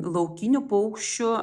laukinių paukščių